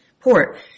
port